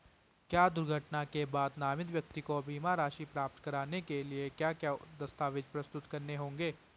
क्या दुर्घटना के बाद नामित व्यक्ति को बीमा राशि प्राप्त करने के लिए क्या क्या दस्तावेज़ प्रस्तुत करने होंगे?